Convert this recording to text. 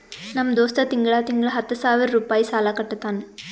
ನಮ್ ದೋಸ್ತ ತಿಂಗಳಾ ತಿಂಗಳಾ ಹತ್ತ ಸಾವಿರ್ ರುಪಾಯಿ ಸಾಲಾ ಕಟ್ಟತಾನ್